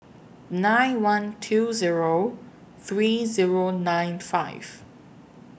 nine one two Zero three Zero nine five